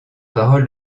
paroles